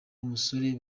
umusore